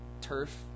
turf